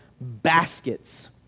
baskets